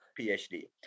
PhD